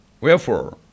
wherefore